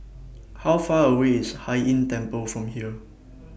How Far away IS Hai Inn Temple from here